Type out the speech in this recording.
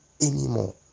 anymore